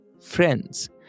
friends